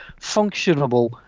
functionable